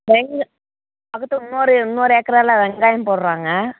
வெங்கு பக்கத்தில் இன்னொரு இன்னொரு ஏக்கராவில் வெங்காயம் போடுறாங்க